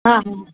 हा हा